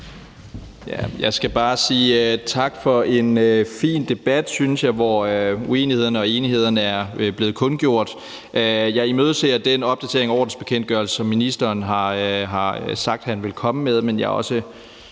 Jeg skal bare sige tak for en fin debat, synes jeg, hvor uenighederne og enighederne er blevet kundgjort. Jeg imødeser den opdatering af ordensbekendtgørelsen, som ministeren har sagt han vil komme med, men jeg vil også